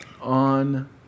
on